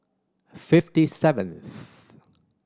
fifty seventh